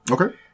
Okay